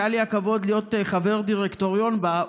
שהיה לי הכבוד להיות חבר דירקטוריון בה,